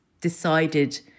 decided